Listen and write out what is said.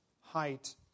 height